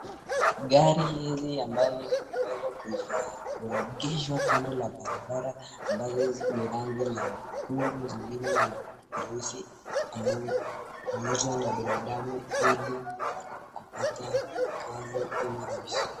Gari hizi ambazo zimeweza kuegesgwa kando ya barabara ambazo ni rangi la nyekundu , nyingine ni nyeusi ambazo huuzwa na binadamu hili kupata kazi hiyo rahisi.